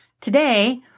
Today